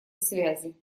связи